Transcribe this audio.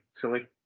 silly